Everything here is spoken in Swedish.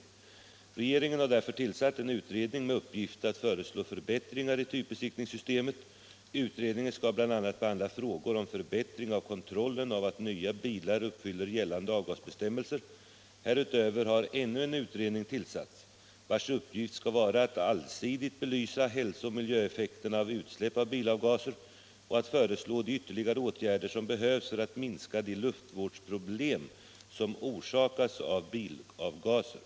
Regeringen har därför tillsatt en utredning med uppgift att föreslå förbättringar i typbesiktningssystemet. Utredningen skall bl.a. behandla frågor om förbättring av kontrollen av att nya bilar uppfyller gällande avgasbestämmelser. Härutöver har ännu en utredning tillsatts vars uppgift skall vara att allsidigt belysa hälso och miljöeffekterna av utsläpp av bilavgaser och att föreslå de ytterligare åtgärder som behövs för att minska de luftvårdsproblem som orsakas av bilavgaser.